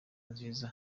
nziza